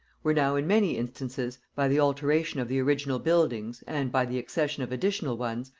were now in many instances, by the alteration of the original buildings and by the accession of additional ones,